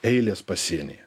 eilės pasienyje